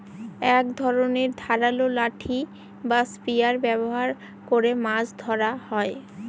এক ধরনের ধারালো লাঠি বা স্পিয়ার ব্যবহার করে মাছ ধরা হয়